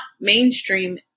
mainstream